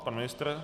pan ministr?